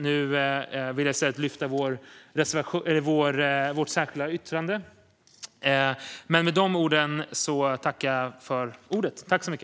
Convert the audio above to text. Nu vill jag i stället lyfta fram vårt särskilda yttrande.